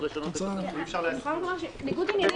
זה --- ואנחנו פעם ראשונה שומעים את זה,